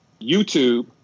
YouTube